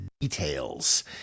details